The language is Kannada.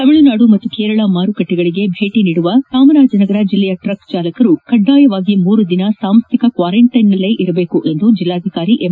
ತಮಿಳುನಾಡು ಮತ್ತು ಕೇರಳ ಮಾರುಕಟ್ಟೆಗಳಿಗೆ ಭೇಟಿ ನೀಡುವ ಚಾಮರಾಜನಗರ ಜಿಲ್ಲೆಯ ಟ್ರಕ್ ಚಾಲಕರು ಕಡ್ಡಾಯವಾಗಿ ಮೂರು ದಿನ ಸಾಂಸ್ಟಿಕ ಕ್ವಾರಂಟೇನ್ನಲ್ಲಿ ಇರುವಂತ ಜಿಲ್ಲಾಧಿಕಾರಿ ಎಂ